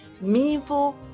meaningful